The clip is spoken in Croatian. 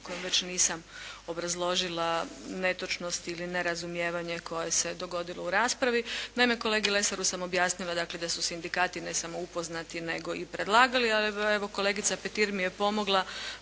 u kojem već nisam obrazložila netočnosti ili nerazumijevanje koje se dogodilo u raspravi. Naime kolegi Lesaru sam objasnila dakle da su sindikati ne samo upoznati nego i predlagali, ali evo kolegica Petir mi je pomogla